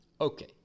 Okay